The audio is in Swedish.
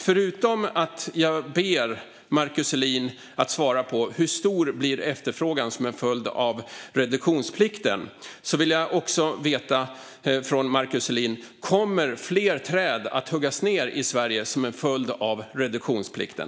Förutom att jag ber Markus Selin svara på hur stor efterfrågan blir som en följd av reduktionsplikten vill jag veta från Markus Selin om fler träd kommer att huggas ned i Sverige, som en följd av reduktionsplikten.